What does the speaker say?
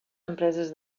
empreses